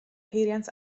peiriant